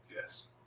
Yes